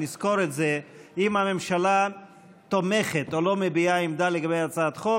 נזכור את זה: אם הממשלה תומכת או לא מביעה עמדה לגבי הצעת חוק,